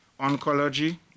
oncology